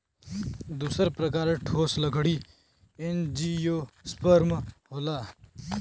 दूसर प्रकार ठोस लकड़ी एंजियोस्पर्म होला